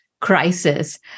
crisis